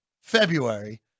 February